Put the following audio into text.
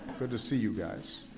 good to see you guys.